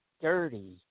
dirty